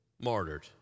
martyred